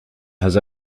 has